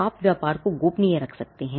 आप व्यापार को गोपनीय रख सकते हैं